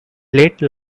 late